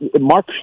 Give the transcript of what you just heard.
Mark